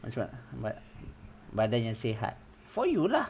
which one bu~ badan yang sihat for you lah